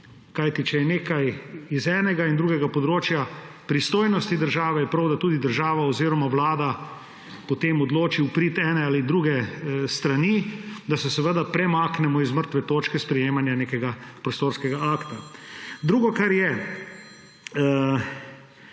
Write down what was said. Kajti če je nekaj z enega in drugega področja pristojnosti države, je prav, da država oziroma Vlada potem odloči v prid ene ali druge strani, da se premaknemo z mrtve točke sprejemanja nekega prostorskega akta. Drugo, kar je,